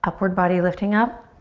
upward body lifting up.